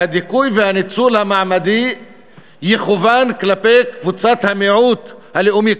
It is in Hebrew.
שהדיכוי והניצול המעמדיים יכוונו כלפי קבוצת המיעוט הלאומית,